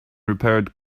repaired